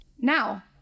Now